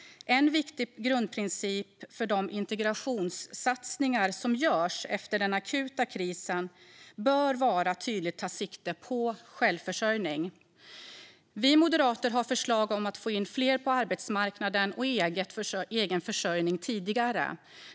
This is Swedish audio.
En viktig grundprincip för de integrationssatsningar som görs efter den akuta krisen bör vara att tydligt ta sikte på självförsörjning. Vi moderater har förslag för att få in fler på arbetsmarknaden och i egenförsörjning tidigare.